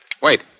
Wait